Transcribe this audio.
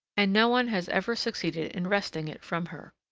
and no one has ever succeeded in wresting it from her.